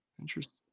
Interesting